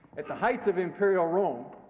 at the height of imperial rome,